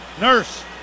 Nurse